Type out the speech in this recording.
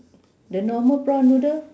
the normal prawn noodle